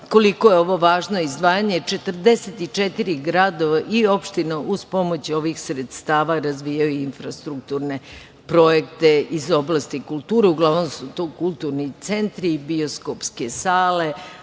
koliko je ovo važno izdvajanje, jer 44 gradova i opština uz pomoć ovih sredstava razvijaju infrastrukturne projekte iz oblasti kulture. Uglavnom su to kulturni centri, bioskopske sale,